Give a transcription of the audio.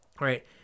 Right